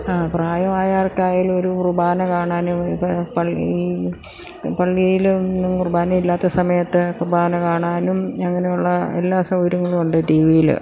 ആ പ്രായമായവർക്കായാലും ഒരു കുർബാന കാണാനും ഇത് പള്ളി ഈ പള്ളിയിൽ ഒന്നും കുർബാന ഇല്ലാത്ത സമയത്ത് കുര്ബാന കാണാനും അങ്ങനെയുള്ള എല്ലാ സൗകര്യങ്ങളും ഉണ്ട് ടി വി യിൽ